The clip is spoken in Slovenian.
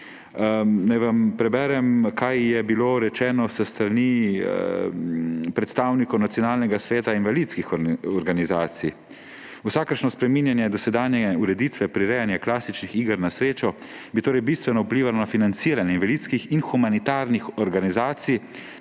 Naj vam preberem, kaj je bilo rečeno s strani predstavnikov Nacionalnega sveta invalidskih organizacij: Vsakršno spreminjanje dosedanje ureditve prirejanja klasičnih iger na srečo bi torej bistveno vplivalo na financiranje invalidskih in humanitarnih organizacij